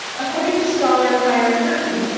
according to scholar kyer kertain,